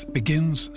begins